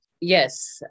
yes